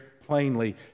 plainly